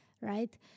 right